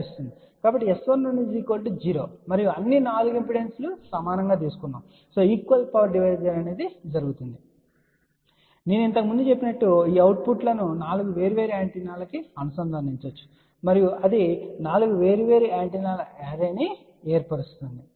కాబట్టి S11 0 మరియు అన్ని 4 ఇంపిడెన్సులు సమానంగా తీసుకోబడినందున ఈక్వల్ పవర్ డివిజన్ అనేది జరుగుతుంది మరియు నేను ఇంతకు ముందు చెప్పినట్లుగా ఈ అవుట్ పుట్ లను 4 వేర్వేరు యాంటెన్నాలకు అనుసంధానించవచ్చు మరియు అది 4 వేర్వేరు యాంటెన్నాల అర్రే ను ఏర్పరుస్తుంది